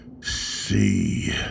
see